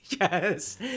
Yes